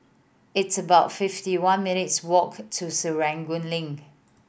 it's about fifty one minutes' walk to Serangoon Link